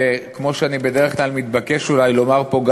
וכמו שאני בדרך כלל מתבקש אולי לומר פה,